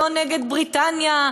לא נגד בריטניה,